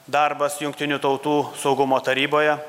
darbas jungtinių tautų saugumo taryboje